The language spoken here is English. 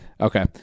okay